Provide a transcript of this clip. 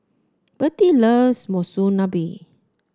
Bertie loves Monsunabe